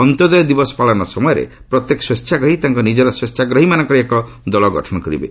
ଅନ୍ତୋଦୟ ଦିବସ ପାଳନ ସମୟରେ ପ୍ରତ୍ୟେକ ସ୍ୱେଚ୍ଛାଗ୍ରହୀ ତାଙ୍କ ନିଜର ସ୍ୱେଚ୍ଛାଗ୍ରହୀମାନଙ୍କର ଏକ ଦଳ ଗଠନ କରିବେ